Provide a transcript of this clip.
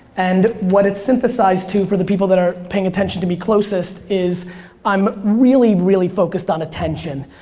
and what it synthesized to for the people that are paying attention to me closest is i'm really, really focused on attention.